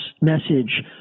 message